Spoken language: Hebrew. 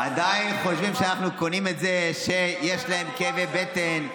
עדיין חושבים שאנחנו קונים את זה שיש להם כאבי בטן,